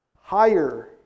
Higher